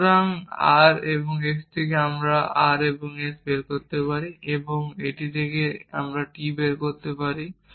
সুতরাং r এবং s থেকে আমরা r এবং s বের করতে পারি এবং এটি থেকে আমরা t বের করতে পারি